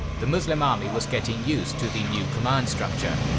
the muslim army was getting used to the new command structure,